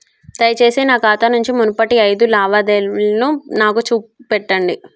దయచేసి నా ఖాతా నుంచి మునుపటి ఐదు లావాదేవీలను నాకు చూపెట్టండి